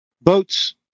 Boats